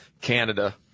Canada